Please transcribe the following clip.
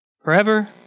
forever